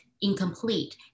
incomplete